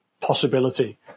possibility